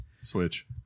Switch